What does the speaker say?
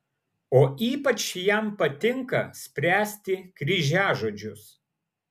o ypač jam patinka spręsti kryžiažodžius